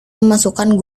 memasukkan